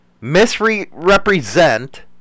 misrepresent